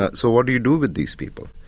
ah so what do you do with these people?